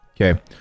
Okay